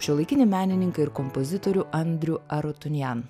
šiuolaikinį menininką ir kompozitorių andrių arotunjan